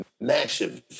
massive